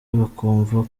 bakumva